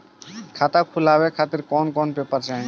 खाता खुलवाए खातिर कौन कौन पेपर चाहीं?